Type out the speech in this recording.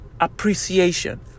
appreciation